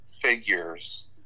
figures